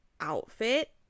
outfit